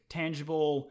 tangible